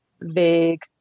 vague